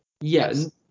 Yes